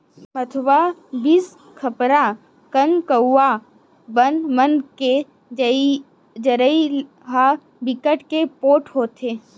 भथुवा, बिसखपरा, कनकुआ बन मन के जरई ह बिकट के पोठ होथे